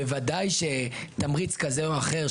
בוודאי שתמריץ כזה או אחר,